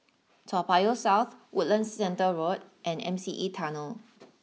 Toa Payoh South Woodlands Centre Road and M C E Tunnel